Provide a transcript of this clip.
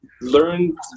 Learn